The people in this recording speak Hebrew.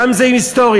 גם אם זה היסטוריה,